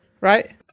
right